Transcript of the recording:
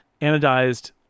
anodized